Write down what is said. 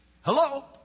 Hello